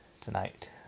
tonight